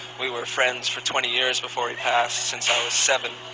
we were friends for twenty years before he passed since i was seven.